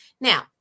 now